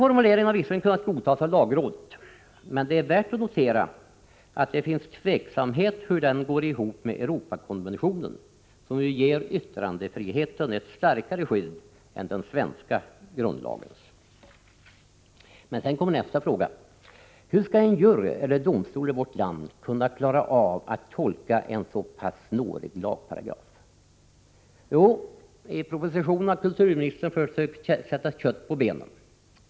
Formuleringen har visserligen kunnat godtas av lagrådet, men det är värt att notera att det finns tveksamhet om hur den går ihop med Europakonventionen, som ju ger yttrandefriheten ett starkare skydd än vad som ges i den svenska grundlagen. Sedan kommer nästa fråga: Hur skall en jury eller domstol i vårt land kunna klara av att tolka en så pass snårig lagparagraf? Jo, i propositionen har kulturministern försökt sätta kött på benen.